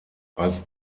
als